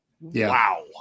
Wow